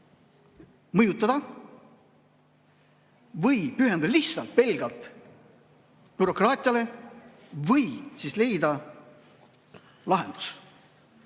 mõjutada, või pühenduda lihtsalt pelgalt bürokraatiale või siis leida lahendus.